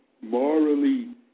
morally